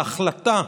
ההחלטה,